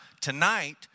tonight